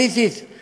שבאמת